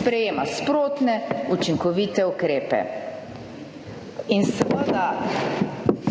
sprejema sprotne učinkovite ukrepe in seveda